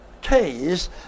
case